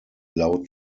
allowed